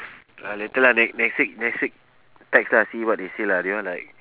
uh later lah next next week next week text lah see what they say lah they all like